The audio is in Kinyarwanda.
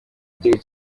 gihugu